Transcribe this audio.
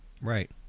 Right